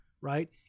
right